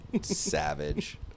Savage